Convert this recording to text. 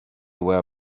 were